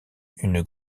une